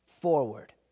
forward